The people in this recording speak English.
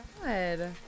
god